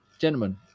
Gentlemen